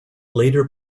later